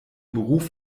beruf